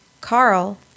Carl